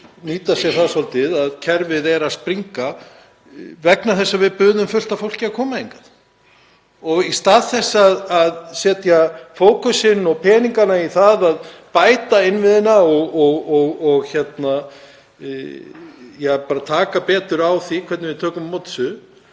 nýta sér það svolítið að kerfið er að springa vegna þess að við buðum fullt af fólki að koma hingað. Í stað þess að setja fókusinn og peningana í það að bæta innviðina og taka betur á því hvernig við tökum á móti